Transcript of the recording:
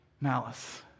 malice